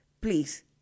please